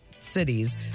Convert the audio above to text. Cities